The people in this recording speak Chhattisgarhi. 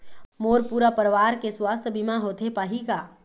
मोर पूरा परवार के सुवास्थ बीमा होथे पाही का?